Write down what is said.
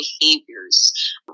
behaviors